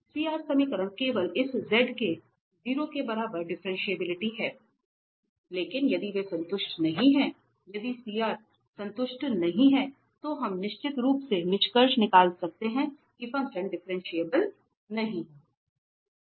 CR समीकरण केवल इस z के 0 के बराबर डिफ्रेंटिएबिलिटी हैं लेकिन यदि वे संतुष्ट नहीं हैं यदि समीकरण संतुष्ट नहीं हैं तो हम निश्चित रूप से निष्कर्ष निकाल सकते हैं कि फ़ंक्शन डिफरेंशिएबल नहीं है